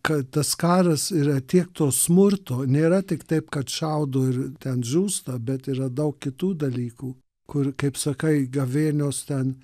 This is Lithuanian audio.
kad tas karas yra tiek to smurto nėra tik taip kad šaudo ir ten žūsta bet yra daug kitų dalykų kur kaip sakai gavėnios ten